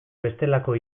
bestelako